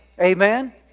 Amen